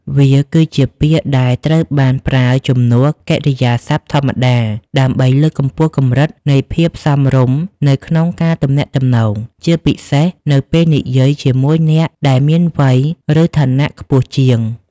វាគឺជាពាក្យដែលត្រូវបានប្រើជំនួសកិរិយាសព្ទធម្មតា ដើម្បីលើកកម្ពស់កម្រិតនៃភាពសមរម្យនៅក្នុងការទំនាក់ទំនង ជាពិសេសនៅពេលនិយាយជាមួយអ្នកដែលមានវ័យ ឬឋានៈខ្ពស់ជាង។